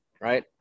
Right